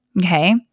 Okay